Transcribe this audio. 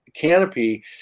canopy